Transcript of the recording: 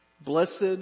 Blessed